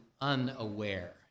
unaware